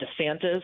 DeSantis